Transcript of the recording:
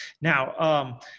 now